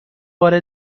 بار